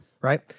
right